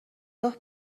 راه